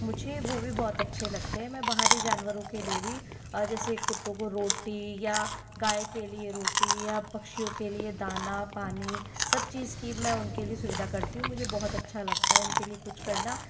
मुझे वो भी बहुत अच्छे लगते है मैं बाहरी जानवरों के लिए भी जैसे कुत्तों को रोटी गाय के लिए रोटी या पक्षियों के लिए दाना पानी सब चीज़ के मैं उनके लिए सुविधा करती हूँ मुझे बहुत अच्छा लगता है उनके लिए कुछ करना